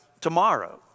tomorrow